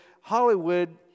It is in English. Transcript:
Hollywood